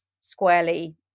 squarely